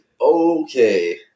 okay